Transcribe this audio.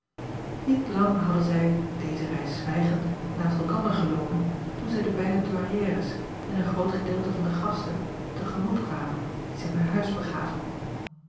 iet lang hadden zij deze reis zwijgend naast elkander geloopen toen zij de beide ouairières en een groot gedeelte van de gasten te gemoet kwamen die zich naar huis begaven